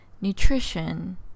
nutrition